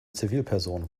zivilperson